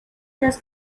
has